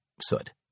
soot